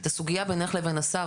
זו סוגיה בינך לבין השר,